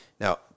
Now